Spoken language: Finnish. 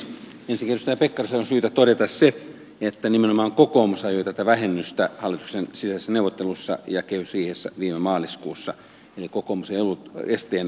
ensinnäkin edustaja pekkariselle on syytä todeta se että nimenomaan kokoomus ajoi tätä vähennystä hallituksen sisäisissä neuvotteluissa ja kehysriihessä viime maaliskuussa eli kokoomus ei ollut esteenä